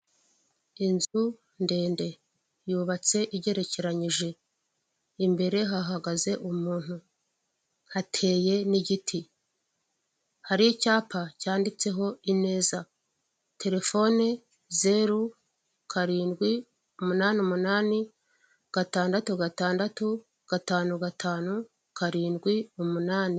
Inzu ndende, yubatse igerekeranije, imbere hahagaze umuntu, hateye n'igiti, hari icyapa cyanditseho ineza. telefone, zeru karindwi umunani umunani, gatandatu gatandatu, gatanu gatanu, karindwi umunani.